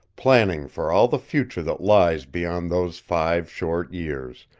planning for all the future that lies beyond those five short years,